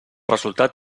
resultat